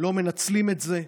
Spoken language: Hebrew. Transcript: לא מנצלים את זה,